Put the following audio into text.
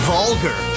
Vulgar